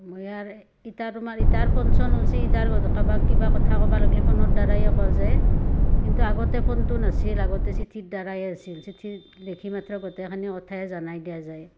মই আৰ ইটাৰ তোমাৰ ইটাৰ ফোন চোন ওলছি ইটা আৰ কাৰোবাক কিবা কথা কবা লাগলি ফোনৰদ্বাৰাই কোৱা যায় কিন্তু আগতে ফোনটো নাছিল আগতে চিঠিতদ্বাৰাই আছিল চিঠিত লেখি মাত্ৰ গোটেইখিনি কথাই জনাই দিয়া যায়